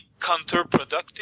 counterproductive